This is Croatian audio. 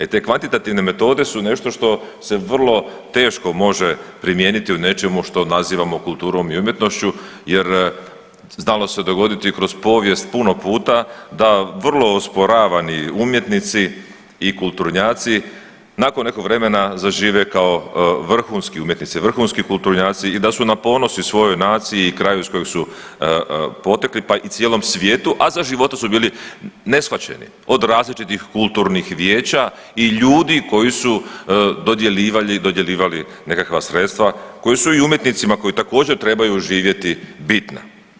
E te kvantitativne metode su nešto što se vrlo teško može primijeniti u nečemu što nazivamo kulturom i umjetnošću jer znalo se dogoditi kroz povijest puno puta da vrlo osporavani umjetnici i kulturnjaci nakon nekog vremena zažive kao vrhunski umjetnici, vrhunski kulturnjaci i da su na ponos i svojoj naciji i kraju iz kojeg su potekli pa i cijelom svijetu, a za života su bili neshvaćeni od različitih kulturnih vijeća i ljudi koji su dodjeljivali, dodjeljivali nekakva sredstva koji su i umjetnicima koji također trebaju živjeti bitna.